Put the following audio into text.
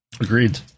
agreed